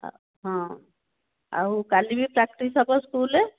ଆଉ ହଁ କାଲି ବି ପ୍ରାକ୍ଟିସ୍ ହେବ ସ୍କୁଲ୍ରେ